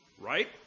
right